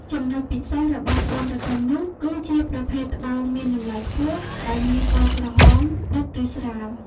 ចំណុចពិសេសរបស់ត្បូងទទឹមនោះ គឺជាប្រភេទត្បូងមានតម្លៃខ្ពស់ ដែលមានពណ៌ក្រហមដិតឬស្រាល។